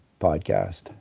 podcast